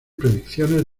predicciones